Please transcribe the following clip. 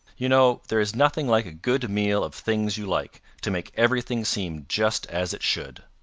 you know there is nothing like a good meal of things you like, to make everything seem just as it should.